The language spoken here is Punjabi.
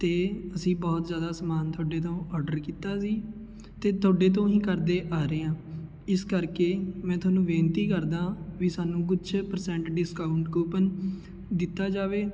ਅਤੇ ਅਸੀਂ ਬਹੁਤ ਜ਼ਿਆਦਾ ਸਮਾਨ ਤੁਹਾਡੇ ਤੋਂ ਔਡਰ ਕੀਤਾ ਸੀ ਅਤੇ ਤੁਹਾਡੇ ਤੋਂ ਹੀ ਕਰਦੇ ਆ ਰਹੇ ਹਾਂ ਇਸ ਕਰਕੇ ਮੈਂ ਤੁਹਾਨੂੰ ਬੇਨਤੀ ਕਰਦਾ ਵੀ ਸਾਨੂੰ ਕੁਛ ਪ੍ਰਸੈਂਟ ਡਿਸਕਾਊਂਟ ਕੂਪਨ ਦਿੱਤਾ ਜਾਵੇ